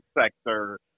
sector